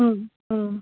उम् उम्